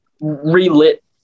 relit